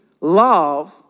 love